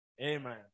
Amen